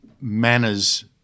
manners